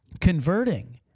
converting